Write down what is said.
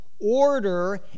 order